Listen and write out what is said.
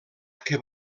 que